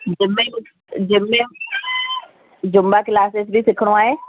gym में gym में Zumba classes बि सिखिणो आहे